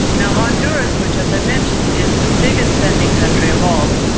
now, honduras, which as i mentioned is the biggest sending country of all,